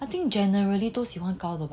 I think generally 都喜欢高度吧